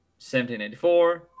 1784